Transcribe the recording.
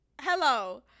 hello